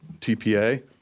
TPA